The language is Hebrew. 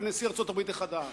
של נשיא ארצות-הברית החדש: